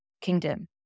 kingdom